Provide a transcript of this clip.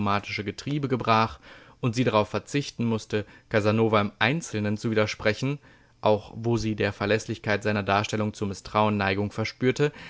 getriebe gebrach und sie darauf verzichten mußte casanova im einzelnen zu widersprechen auch wo sie der verläßlichkeit seiner darstellung zu mißtrauen neigung verspürte